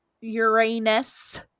Uranus